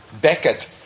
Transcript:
Beckett